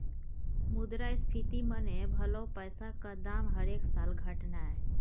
मुद्रास्फीति मने भलौ पैसाक दाम हरेक साल घटनाय